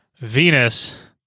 Venus